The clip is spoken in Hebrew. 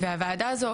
והוועדה הזו,